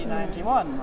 1991